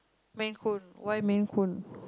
main why main